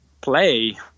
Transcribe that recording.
play